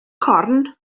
corn